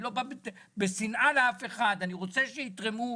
אני לא בא בשנאה לאף אחד, אני רוצה שיתרמו.